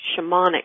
shamanic